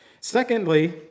Secondly